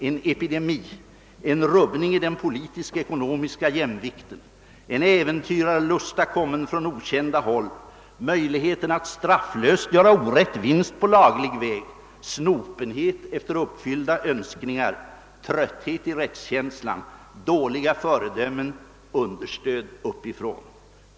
En epidemi, en rubbning i den politiskekonomiska jämvikten, en äventyrarlusta, kommen från okända håll, möjligheterna att strafflöst göra orätt vinst på laglig väg, snopenhet efter uppfyllda önskningar, trötthet i rättskänslan, dåliga föredömen, understöd uppifrån.